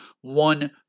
one